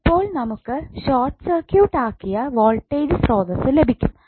അപ്പോൾ നമുക്ക് short circuit ആക്കിയ വോൾട്ടേജ് സ്രോതസ്സ് ലഭിക്കും